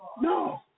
No